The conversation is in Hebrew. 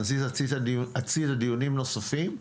נזיז לצד דיונים נוספים,